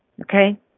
okay